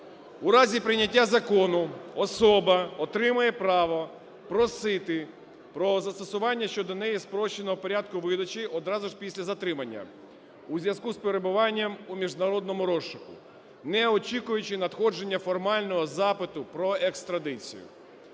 У разі прийняття закону особа отримає право просити про застосування щодо неї спрощеного порядку видачі одразу ж після затримання у зв'язку з перебуванням у міжнародному розшуку, не очікуючи надходження формального запиту про екстрадицію.